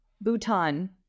Bhutan